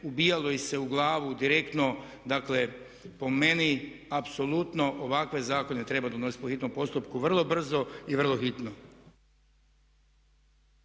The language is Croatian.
ubijalo ih se u glavu direktno. Dakle po meni apsolutno ovakve zakone treba donositi po hitnom postupku vrlo brzo i vrlo hitno.